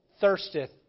thirsteth